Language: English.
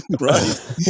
Right